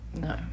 No